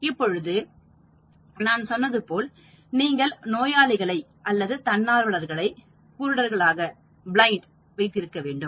இப்போது நான் சொன்னது போல் நீங்கள் நோயாளிகளை அல்லது தன்னார்வலர்களை குருடர்களாக வைத்திருக்க வேண்டும்